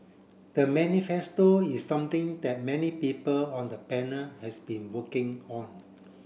the manifesto is something that many people on the panel has been working on